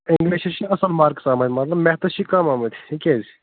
کیٚمی شسَس چھِی اصٕل مارکٕس آمٕتۍ مگر میتھس چھِی کَم آمٕتۍ یہِ کیٛازِ